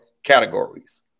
categories